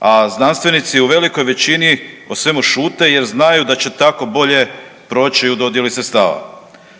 a znanstvenici u velikoj većini o svemu šute jer znaju da će tako bolje proći u dodjeli sredstava.